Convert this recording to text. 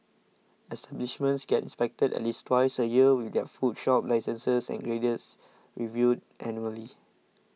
establishments get inspected at least twice a year with their food shop licences and grades reviewed annually